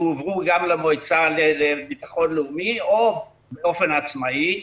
שהועברו גם למועצה לביטחון לאומי או באופן עצמאי,